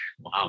Wow